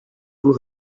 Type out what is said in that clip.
vous